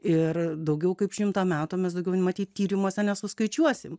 ir daugiau kaip šimtą metų mes daugiau numatyti tyrimuose nesuskaičiuosime